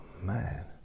man